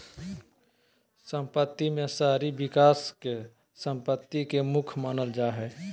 सम्पत्ति में शहरी विकास के सम्पत्ति के मुख्य मानल जा हइ